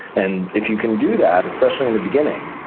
and if you can do that, especially in the beginning,